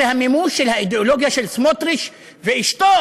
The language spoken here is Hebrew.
זה המימוש של האידיאולוגיה של סמוטריץ ואשתו,